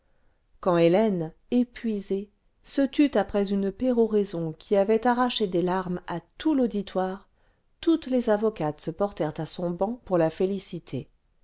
quand hélène épuisée se tut après une péroraison qui avait arraché des larmes à tout l'auditoire toutes les avocates se portèrent à son banc pour la féliciter